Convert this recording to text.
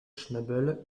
schnabel